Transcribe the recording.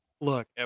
look